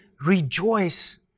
rejoice